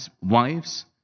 wives